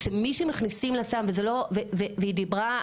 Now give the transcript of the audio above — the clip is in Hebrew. כשמי שמכניסים לה סם והיא דיברה,